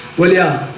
well, yeah,